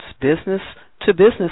business-to-business